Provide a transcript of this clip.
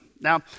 Now